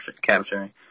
capturing